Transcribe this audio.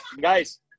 guys